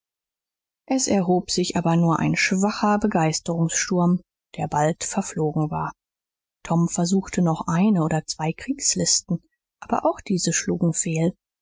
es erhob sich aber nur ein schwacher begeisterungssturm der bald verflogen war tom versuchte noch eine oder zwei kriegslisten aber auch diese schlugen fehl